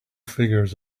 figures